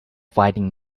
fighting